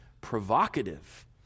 provocative